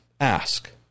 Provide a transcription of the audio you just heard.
ask